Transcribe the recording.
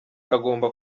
agomba